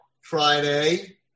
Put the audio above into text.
Friday